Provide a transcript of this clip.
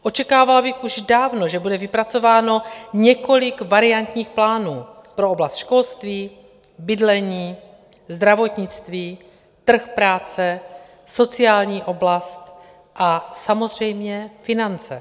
Očekávala bych už dávno, že bude vypracováno několik variantních plánů pro oblast školství, bydlení, zdravotnictví, trh práce, sociální oblast a samozřejmě finance.